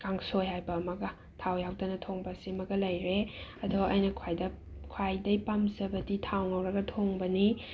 ꯀꯥꯡꯁꯣꯏ ꯍꯥꯏꯕ ꯑꯃꯒ ꯊꯥꯎ ꯌꯥꯎꯗꯅ ꯊꯣꯡꯕ ꯁꯤꯃꯒ ꯂꯩꯔꯦ ꯑꯗꯣ ꯑꯩꯅ ꯈ꯭ꯋꯥꯏꯗ ꯈ꯭ꯋꯥꯏꯗꯩ ꯄꯥꯝꯖꯕꯗꯤ ꯊꯥꯎ ꯉꯧꯔꯒ ꯊꯣꯡꯕꯅꯤ